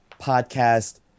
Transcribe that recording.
podcast